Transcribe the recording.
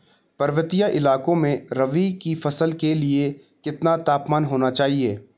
पर्वतीय इलाकों में रबी की फसल के लिए कितना तापमान होना चाहिए?